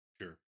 Sure